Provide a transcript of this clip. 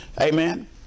Amen